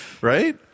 right